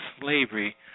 slavery